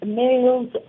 males